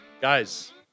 Guys